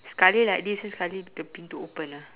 sekali like this then sekali the pintu open ah